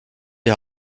die